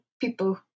people